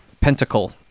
pentacle